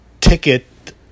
ticket